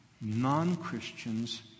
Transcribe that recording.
non-Christians